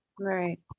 Right